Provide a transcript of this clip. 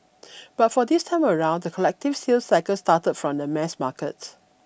but for this time around the collective sales cycle started from the mass market